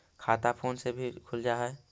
खाता फोन से भी खुल जाहै?